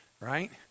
Right